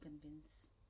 convince